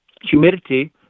humidity